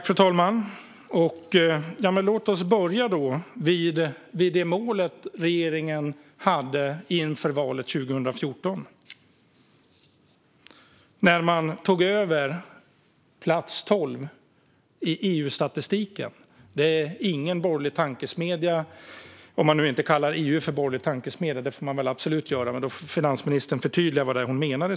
Fru talman! Låt oss börja med målet som regeringen hade inför valet 2014. Regeringen tog över plats 12 i EU-statistiken. Det är inte en borgerlig tankesmedja - om man nu inte kallar EU för en borgerlig tankesmedja. Det får man absolut göra. Men i så fall får finansministern förtydliga vad hon menar.